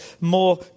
more